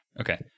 Okay